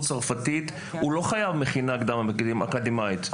צרפתית לא מחויב במכינה קדם אקדמית בישראל,